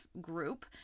group